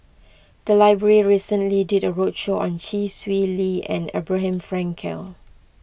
the library recently did a roadshow on Chee Swee Lee and Abraham Frankel